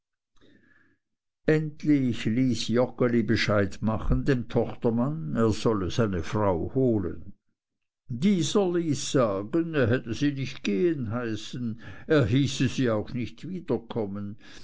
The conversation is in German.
endlich ließ joggeli bescheid machen dem tochtermann er solle seine frau holen dieser ließ sagen er hätte sie nicht gehen heißen er hieße sie auch nicht wiederkommen